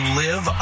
live